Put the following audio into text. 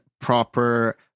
proper